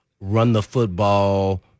run-the-football